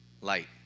light